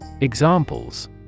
Examples